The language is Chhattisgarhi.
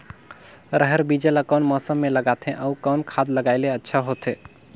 रहर बीजा ला कौन मौसम मे लगाथे अउ कौन खाद लगायेले अच्छा होथे?